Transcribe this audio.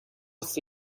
with